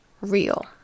real